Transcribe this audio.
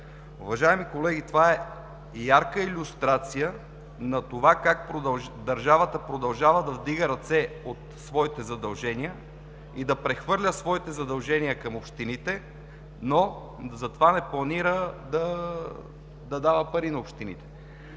Уважаеми колеги, това е ярка илюстрация на това как държавата продължава да вдига ръце от своите задължения и да прехвърля своите задължения към общините, но за това не планира да дава пари на общините.